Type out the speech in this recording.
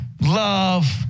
love